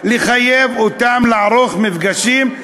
לחייב אותם לערוך מפגשים,